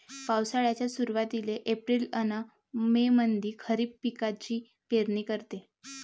पावसाळ्याच्या सुरुवातीले एप्रिल अन मे मंधी खरीप पिकाची पेरनी करते